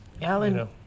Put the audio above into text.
Alan